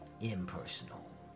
impersonal